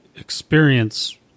experience